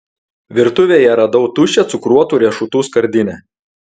virtuvėje radau tuščią cukruotų riešutų skardinę